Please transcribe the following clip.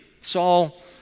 Saul